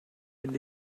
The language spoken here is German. den